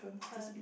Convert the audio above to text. turns